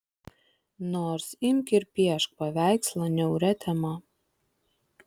nors imk ir piešk paveikslą niauria tema